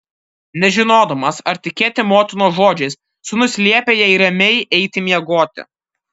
nežinodamas ar tikėti motinos žodžiais sūnus liepė jai ramiai eiti miegoti